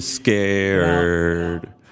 Scared